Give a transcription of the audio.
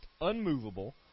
unmovable